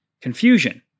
confusion